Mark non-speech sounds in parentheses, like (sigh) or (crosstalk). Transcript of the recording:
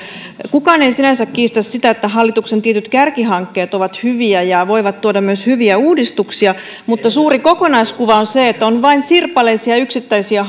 kukaan ei sinänsä kiistä sitä että hallituksen tietyt kärkihankkeet ovat hyviä ja voivat tuoda myös hyviä uudistuksia mutta suuri kokonaiskuva on se että on vain sirpaleisia yksittäisiä (unintelligible)